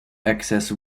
excess